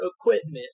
equipment